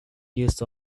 used